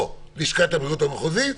או לשכת הבריאות המחוזית,